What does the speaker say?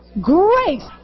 Grace